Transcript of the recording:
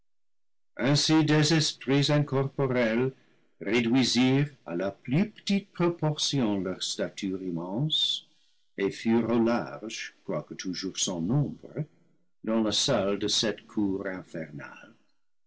à la plus petite proportion leur stature immense et furent au large quoique toujours sans nombre dans la salle de cette cour infernale